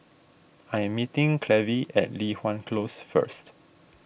I am meeting Clevie at Li Hwan Close first